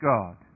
God